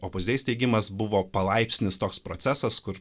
opus dei steigimas buvo palaipsnis toks procesas kur